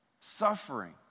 Suffering